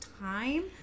time